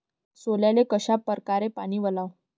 सोल्याले कशा परकारे पानी वलाव?